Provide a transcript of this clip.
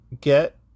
get